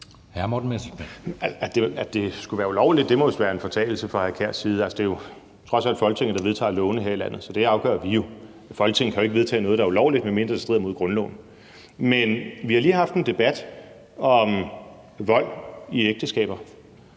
At det skulle være ulovligt, må vist være en fortalelse fra hr. Kasper Sand Kjærs side. Det er trods alt Folketinget, der vedtager lovene her i landet, så det afgør vi. Folketinget kan jo ikke vedtage noget, der er ulovligt, altså noget, der strider mod grundloven. Men vi har lige haft en debat om vold i ægteskaber.